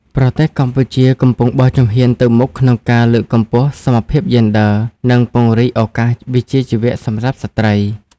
ប្រទេសកម្ពុជាកំពុងតែបោះជំហានទៅមុខក្នុងការលើកកម្ពស់ សមភាពយេនឌ័រ និង ពង្រីកឱកាសវិជ្ជាជីវៈ សម្រាប់ស្ត្រី។